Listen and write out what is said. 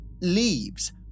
leaves